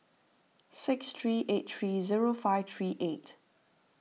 six three eight three zero five three eight